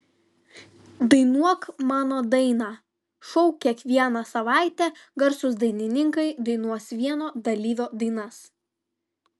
dainuok mano dainą šou kiekvieną savaitę garsūs dainininkai dainuos vieno dalyvio dainas